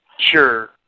Sure